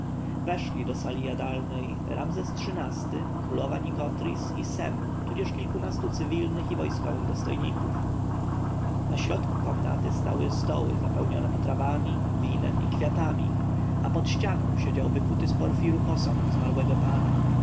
weszli do sali jadalnej ramzes xiii-ty królowa nikotris arcykapłani herhor mefres i sem tudzież kilkunastu cywilnych i wojskowych dostojników na środku komnaty stały stoły zapełnione potrawami winem i kwiatami a pod ścianą siedział wykuty z porfiru posąg zmarłego pana